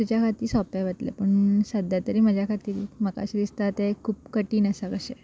तुज्या खातीर सोंपें वतले पूण सद्द्या तरी म्हज्या खातीर म्हाका अशें दिसता तें खूब कठीण आसा कशें